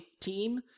team